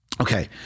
Okay